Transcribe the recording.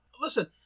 Listen